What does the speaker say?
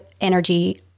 energy